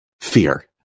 fear